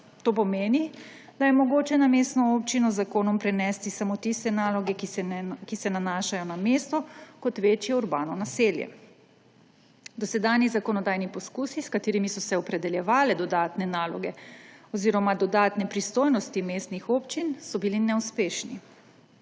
To pomeni, da je mogoče na mestno občino z zakonom prenesti samo tiste naloge, ki se nanašajo na mesto kot večje urbano naselje. Dosedanji zakonodajni poizkusi, s katerimi so se opredeljevale dodatne naloge oziroma dodatne pristojnosti mestnih občin, so bili neuspešni.